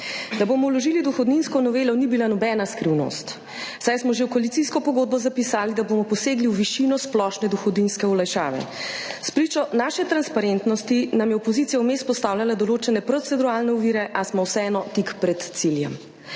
Da bomo vložili dohodninsko novelo, ni bila nobena skrivnost, saj smo že v koalicijsko pogodbo zapisali, da bomo posegli v višino splošne dohodninske olajšave. S pričo naše transparentnosti nam je opozicija vmes postavljala določene proceduralne ovire, a smo vseeno tik pred ciljem.